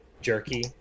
jerky